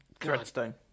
Threadstone